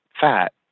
fat